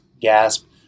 gasp